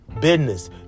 business